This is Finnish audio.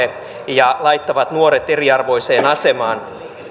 ja laittavat nuoret eriarvoiseen asemaan